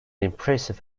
impressive